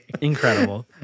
Incredible